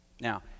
Now